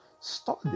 Study